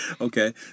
Okay